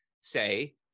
say